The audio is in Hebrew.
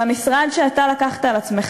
והמשרד שאתה לקחת על עצמך,